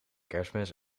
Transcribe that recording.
kerstmis